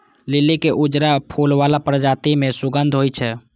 लिली के उजरा फूल बला प्रजाति मे सुगंध होइ छै